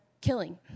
killing